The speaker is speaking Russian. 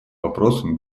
вопросами